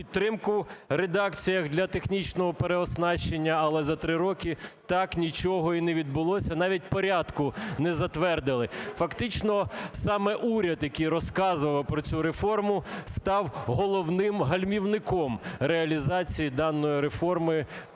підтримку в редакціях для технічного переоснащення, але за три роки так нічого і не відбулося, навіть порядку не затвердили. Фактично саме уряд, який розказував про цю реформу, став головним гальмівником реалізації даної реформи